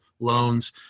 loans